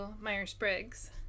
Myers-Briggs